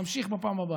נמשיך בפעם הבאה.